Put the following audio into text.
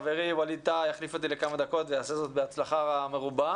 חברי ווליד טאהא יחליף אותי לכמה דקות ויעשה זאת בהצלחה מרובה.